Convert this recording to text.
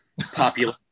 popular